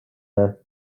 day